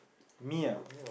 me ah